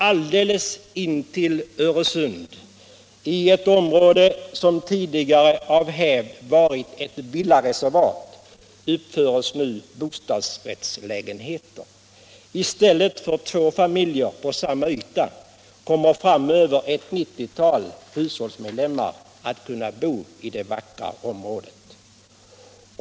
Alldeles intill Öresund — i ett område som tidigare av hävd varit ett villareservat — uppförs nu bostadsrättslägenheter. I stället för två familjer kommer framöver ett 90-tal hushållsmedlemmar att bo i det vackra området.